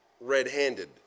red-handed